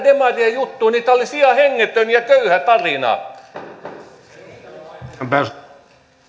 demarien juttua tämä olisi ihan hengetön ja köyhä tarina arvoisa